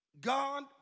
God